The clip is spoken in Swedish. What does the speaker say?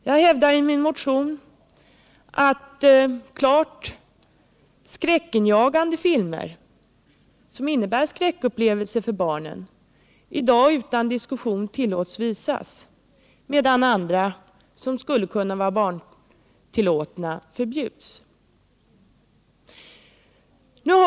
Jag hävdar i min motion att klart skräckinjagande filmer som innebär skräckupplevelser för barn i dag utan diskussion tillåts visas, medan andra, som skulle kunna vara barntillåtna, förbjuds.